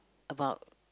about